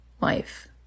life